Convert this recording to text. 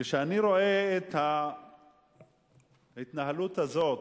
כשאני רואה את ההתנהלות הזאת,